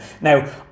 Now